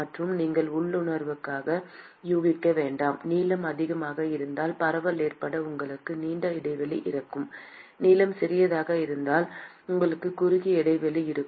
மற்றும் நீங்கள் உள்ளுணர்வாக யூகிக்க வேண்டும் நீளம் அதிகமாக இருந்தால் பரவல் ஏற்பட உங்களுக்கு நீண்ட இடைவெளி இருக்கும் நீளம் சிறியதாக இருந்தால் உங்களுக்கு குறுகிய இடைவெளி இருக்கும்